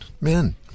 men